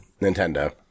Nintendo